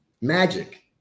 Magic